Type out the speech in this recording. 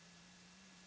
Hvala